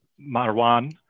Marwan